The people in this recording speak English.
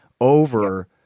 over